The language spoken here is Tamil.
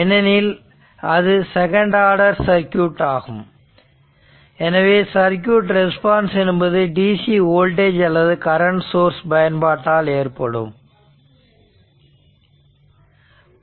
ஏனெனில் அது செகண்ட் ஆர்டர் சர்க்யூட் ஆகும் எனவே சர்க்யூட் ரெஸ்பான்ஸ் என்பது DC வோல்டேஜ் அல்லது கரண்ட சோர்ஸ் பயன்பாட்டால் ஏற்படும்